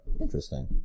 Interesting